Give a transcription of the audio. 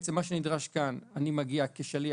מה שנדרש כאן שאני מגיע כשליח,